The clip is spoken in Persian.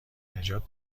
نجات